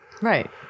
Right